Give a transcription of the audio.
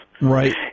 Right